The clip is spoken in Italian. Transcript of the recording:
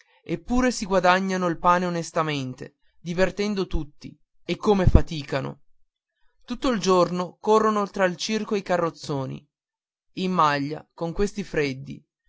eppure si guadagnano il pane onestamente divertendo tutti e come faticano tutto il giorno corrono tra il circo e i carrozzoni in maglia con questi freddi